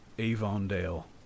Avondale